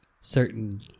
certain